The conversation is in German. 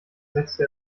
setzte